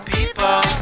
People